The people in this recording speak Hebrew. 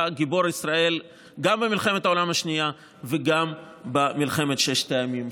היה גיבור ישראל גם במלחמת העולם השנייה וגם במלחמת ששת הימים.